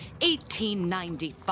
1895